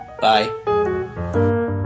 Bye